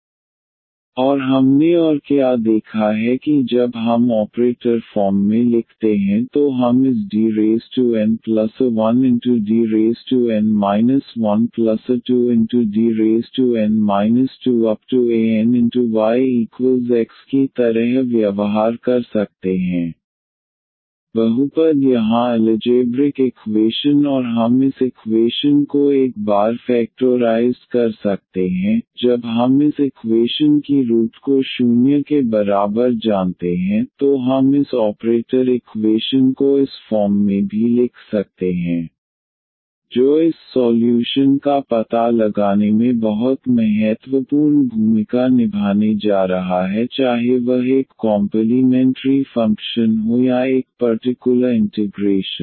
dnydxna1dn 1ydxn 1anyX और हमने और क्या देखा है कि जब हम ऑपरेटर फॉर्म में लिखते हैं तो हम इस Dna1Dn 1a2Dn 2anyX की तरह व्यवहार कर सकते हैं बहुपद यहाँ अलजेब्रिक इक्वेशन और हम इस इकवेशन को एक बार फएक्टोराइज्ड कर सकते हैं जब हम इस इकवेशन की रूट को 0 के बराबर जानते हैं तो हम इस ऑपरेटर इक्वेशन को इस फॉर्म में भी लिख सकते हैं D 1D 2⋯yX जो इस सॉल्यूशन का पता लगाने में बहुत महत्वपूर्ण भूमिका निभाने जा रहा है चाहे वह एक कॉम्पलीमेंट्री फंक्शन हो या एक पर्टिकुलर इंटिग्रेशन